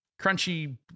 crunchy